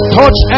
touch